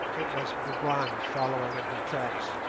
it was bougwan following in her tracks.